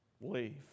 Leave